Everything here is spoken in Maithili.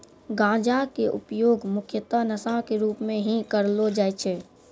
गांजा के उपयोग मुख्यतः नशा के रूप में हीं करलो जाय छै